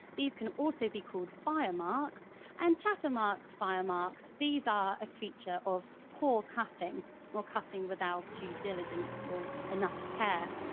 these can also be called fire marks and chatter marks fire marks, these are a feature of poor cutting or cutting without due diligence or enough care.